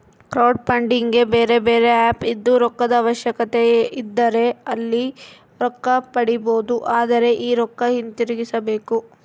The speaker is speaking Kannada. ಕ್ರೌಡ್ಫಂಡಿಗೆ ಬೇರೆಬೇರೆ ಆಪ್ ಇದ್ದು, ರೊಕ್ಕದ ಅವಶ್ಯಕತೆಯಿದ್ದರೆ ಅಲ್ಲಿ ರೊಕ್ಕ ಪಡಿಬೊದು, ಆದರೆ ಈ ರೊಕ್ಕ ಹಿಂತಿರುಗಿಸಬೇಕು